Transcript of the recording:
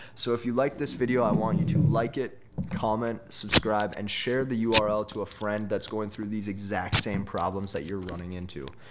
so if you liked this video, i want you to like it, comment, subscribe, and share the ah url to a friend that's going through these exact same problems that you're running into.